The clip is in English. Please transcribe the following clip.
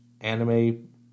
anime